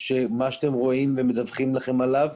שמה שאתם רואים ומדווחים לכם עליו,